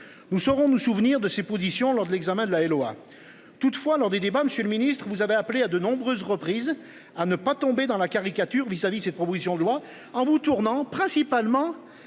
Nous saurons nous souvenir de ses positions lors de l'examen de la LOA. Toutefois, lors des débats. Monsieur le Ministre, vous avez appelé à de nombreuses reprises à ne pas tomber dans la caricature vis-à-vis cette proposition de loi en vous tournant principalement.